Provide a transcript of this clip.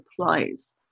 applies